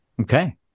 Okay